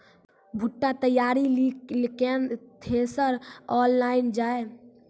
बूटा तैयारी ली केन थ्रेसर आनलऽ जाए?